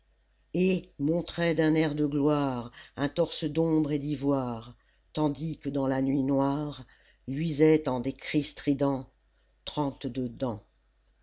et montrait d'un air de gloire un torse d'ombre et d'ivoire tandis que dans la nuit noire luisaient en des cris stridents trente-deux dents